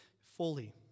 fully